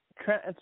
trans